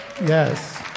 Yes